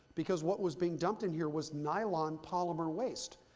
because what was being dumped in here was nylon polymer waste,